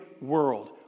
world